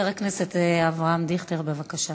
חבר הכנסת אבי דיכטר, בבקשה,